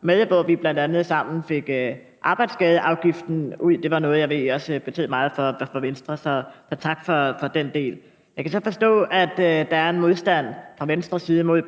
med, hvor vi bl.a. sammen fik arbejdsskadeafgiften ud – det var noget, jeg ved også betød meget for Venstre. Så tak for den del. Jeg kan så forstå, at der fra Venstres side er en modstand mod